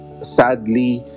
Sadly